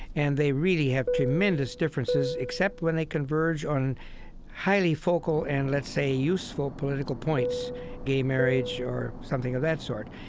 and they really have tremendous differences except when they converge on highly focal and, let's say, useful political points gay marriage or something of that sort.